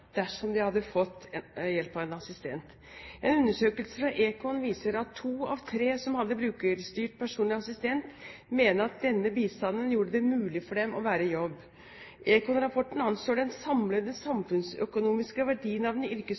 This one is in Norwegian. dersom de hadde fått hjelp av en assistent. En undersøkelse fra Econ viser at to av tre som hadde brukerstyrt personlig assistent, mener at denne bistanden gjorde det mulig for dem å være i jobb. Econ-rapporten anslår den samlede samfunnsøkonomiske verdien av den